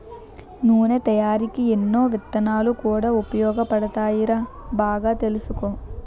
నూనె తయారికీ ఎన్నో విత్తనాలు కూడా ఉపయోగపడతాయిరా బాగా తెలుసుకో